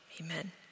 amen